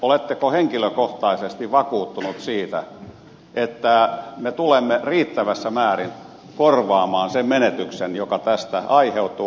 oletteko henkilökohtaisesti vakuuttunut siitä että me tulemme riittävässä määrin korvaamaan sen menetyksen joka tästä aiheutuu